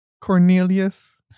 Cornelius